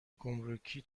گمرکی